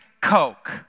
Coke